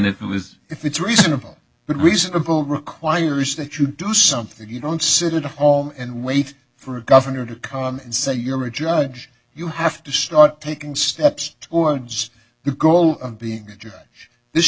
and it was if it's reasonable but reasonable requires that you do something you don't sit at home and wait for a governor to come and say you're a judge you have to start taking steps towards your goal of being a jerk this